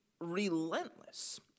relentless